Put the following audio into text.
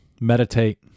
Meditate